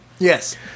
Yes